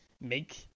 make